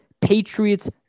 Patriots